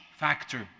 Factor